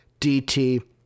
DT